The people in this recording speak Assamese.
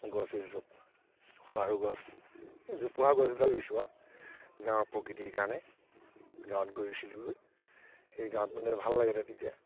গছ ৰুইছোঁ সোণাৰু গছ এই জোপোহা গছবিলাক ৰুইছোঁ আৰু গাঁৱৰ প্ৰকৃতিৰ কাৰণে গাঁৱত গৈ ৰুইছিলোগৈ সেই গাঁৱত মানে ভাল লাগে তাত তেতিয়া